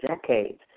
decades